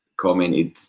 commented